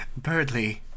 Birdly